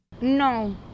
No